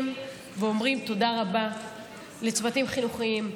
ואומרים תודה רבה לצוותים החינוכיים,